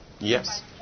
Yes